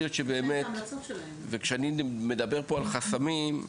כשאני מדבר פה על חסמים,